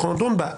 אנחנו נדון בה,